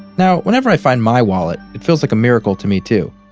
now, whenever i find my wallet, it feels like a miracle to me too,